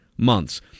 Months